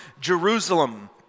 Jerusalem